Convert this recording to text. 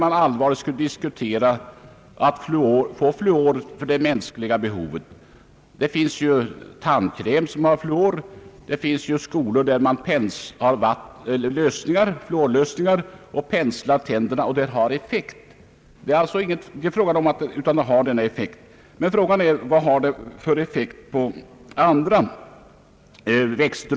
Men om fluorkoncentrationen ökas undan för undan och i allt större skala måste man fråga sig vilken effekt denna förändring kommer att ha på växter och djur i det långa loppet.